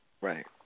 Right